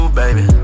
baby